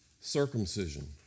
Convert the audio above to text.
circumcision